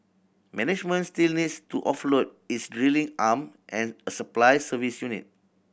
management still needs to offload its drilling arm and a supply service unit